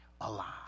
alive